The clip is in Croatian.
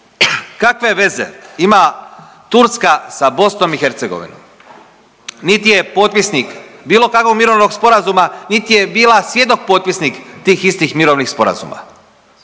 Kakve veze ima Turska sa BiH, niti je potpisnik bilo kakvog mirovnog sporazuma, niti je bila svjedok potpisnik tih istih mirovnih sporazuma.